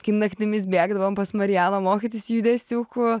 kai naktimis bėgdavom pas marijaną mokytis judesiukų